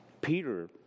Peter